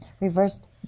reversed